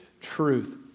truth